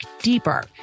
deeper